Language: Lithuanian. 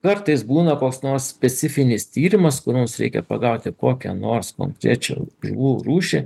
kartais būna koks nors specifinis tyrimas kur mums reikia pagauti kokią nors konkrečią žuvų rūšį